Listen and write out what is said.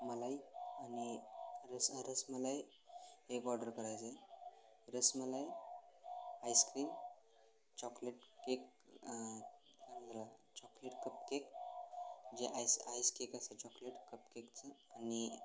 मलई आणि रस हां रसमलाई एक ऑर्डर करायचं आहे rasmalai ice cream chocolate cake chocolate cupcake जे आईस आईसकेक असतात चॉकलेट कपकेकचं आणि